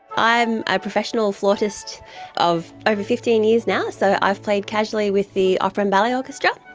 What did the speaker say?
i'm a professional flautist of over fifteen years now, so i've played casually with the opera and ballet orchestra,